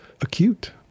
acute